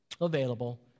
available